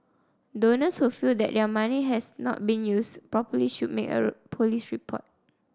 donors who feel that their money has not been used properly should make a police report